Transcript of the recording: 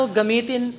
gamitin